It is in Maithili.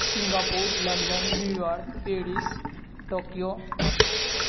Singapore London New York Paris Tokyo